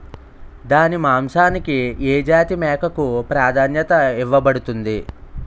దాని మాంసానికి ఏ జాతి మేకకు ప్రాధాన్యత ఇవ్వబడుతుంది?